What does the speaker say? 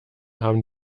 haben